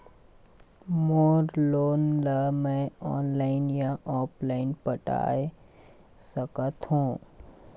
मोर loan ला मैं online या ऑफलाइन पटाए सकथों?